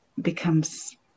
becomes